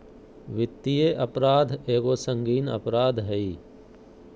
वित्तीय अपराध एगो संगीन अपराध हइ